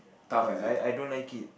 cause I I don't like it